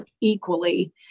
equally